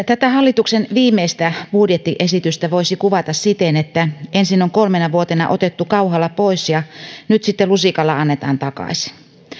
tätä hallituksen viimeistä budjettiesitystä voisi kuvata siten että ensin on kolmena vuotena otettu kauhalla pois ja nyt sitten lusikalla annetaan takaisin